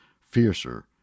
fiercer